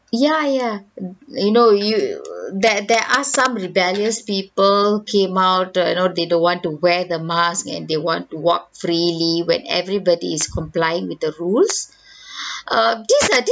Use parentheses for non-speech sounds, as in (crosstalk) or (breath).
ya ya you know you there there are some rebellious people came out err you know they don't want to wear the mask and they want to walk freely when everybody is complying with the rules (breath) err this are this